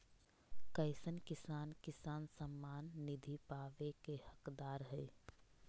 कईसन किसान किसान सम्मान निधि पावे के हकदार हय?